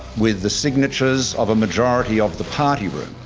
with the signatures of a majority of the party room.